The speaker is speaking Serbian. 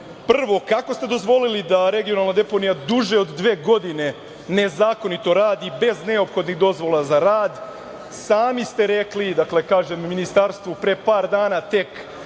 prvo, kako ste dozvolili da regionalna deponija duže od dve godine nezakonito radi bez neophodnih dozvola za rad? Sami ste rekli u Ministarstvu pre par dana tek